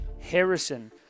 Harrison